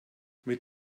mit